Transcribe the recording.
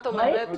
אצלנו.